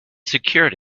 secured